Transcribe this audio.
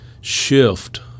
shift